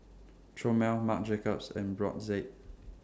Chomel Marc Jacobs and Brotzeit